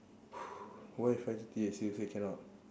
why five thirty I seriously cannot